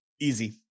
easy